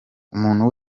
umuntu